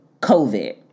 COVID